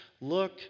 look